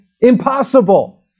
Impossible